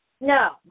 No